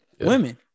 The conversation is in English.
women